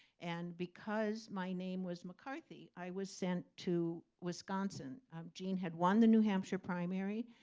and because my name was mccarthy, i was sent to wisconsin. gene had won the new hampshire primary,